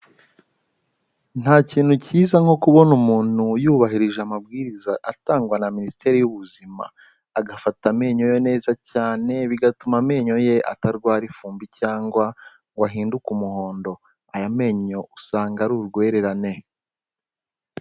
Nta kintu cyiza nko kubona umuntu yubahirije amabwiriza atangwa na minisiteri y'ubuzima, agafata amenyo ye neza cyane bigatuma amenyo ye atarwara ifumbi cyangwa ngo ahinduke umuhondo. Aya menyo usanga ari urwererane.